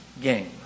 game